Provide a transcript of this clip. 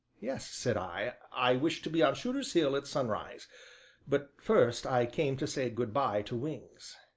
yes, said i. i wish to be on shooter's hill at sunrise but first i came to say good-by to wings.